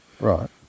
Right